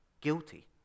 guilty